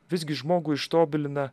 visgi žmogų ištobilina